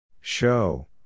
show